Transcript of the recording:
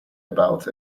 about